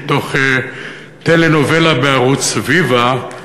מתוך טלנובלה בערוץ "ויווה".